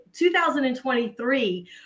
2023